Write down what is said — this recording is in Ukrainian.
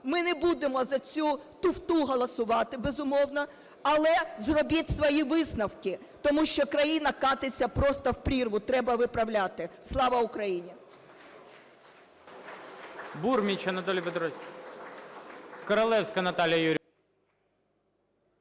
Ми не будемо за цю туфту голосувати, безумовно. Але зробіть свої висновки, тому що країна котиться просто в прірву. Треба виправляти. Слава Україні!